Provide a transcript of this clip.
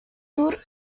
tour